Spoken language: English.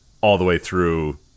all-the-way-through